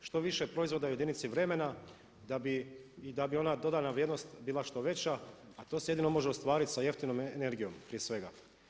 Što više proizvoda je u jedinici vremena i da bi ona dodana vrijednost bila što veća a to se jedino može ostvariti s jeftinom energijom prije svega.